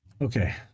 Okay